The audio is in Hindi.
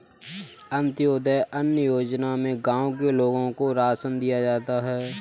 अंत्योदय अन्न योजना में गांव के लोगों को राशन दिया जाता है